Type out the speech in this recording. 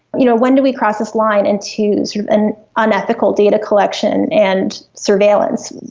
you know when do we cross this line into sort of and unethical data collection and surveillance?